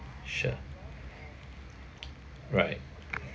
sure right